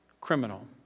criminal